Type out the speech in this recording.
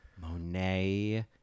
Monet